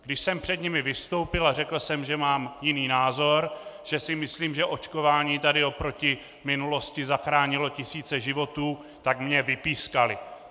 Když jsem před nimi vystoupil a řekl jsem, že mám jiný názor, že si myslím, že očkování tady oproti minulosti zachránilo tisíce životů, tak mě vypískali.